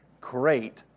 Great